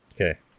Okay